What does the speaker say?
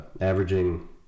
averaging